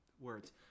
Words